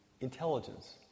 intelligence